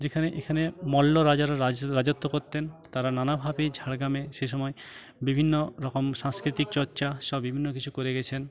যেখানে এখানে মল্ল রাজারা রাজত্ব করতেন তারা নানাভাবে ঝাড়গ্রামে সেসময় বিভিন্ন রকম সাংস্কৃতিক চর্চা সব বিভিন্ন কিছু করে গেছেন